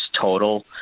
total